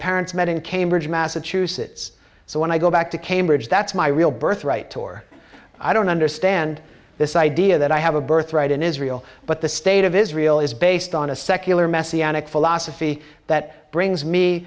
parents met in cambridge massachusetts so when i go back to cambridge that's my real birthright tour i don't understand this idea that i have a birthright in israel but the state of israel is based on a secular messianic philosophy that brings me